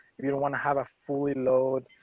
if you don't want to have a fully load.